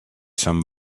some